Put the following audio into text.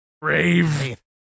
brave